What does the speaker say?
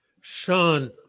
sean